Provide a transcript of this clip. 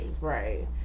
right